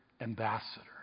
ambassador